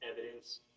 evidence